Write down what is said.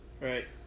Right